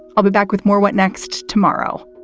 i'll be back with more. what next? tomorrow